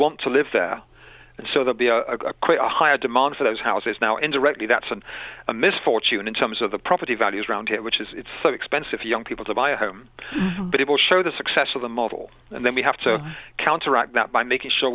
want to live there and so there be a quite a higher demand for those houses now indirectly that's been a misfortune in terms of the property values around it which is it's so expensive for young people to buy a home but it will show the success of the model and then we have to counteract that by making sure